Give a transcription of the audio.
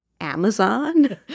Amazon